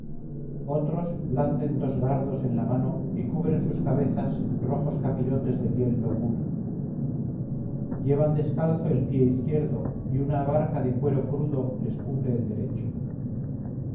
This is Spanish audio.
otros blanden dos dardos en la mano y cubren sus cabezas rojos capirotes de piel lobuna llevan descalzo el pie izquierdo y una abarca de cuero crudo les cubre el derecho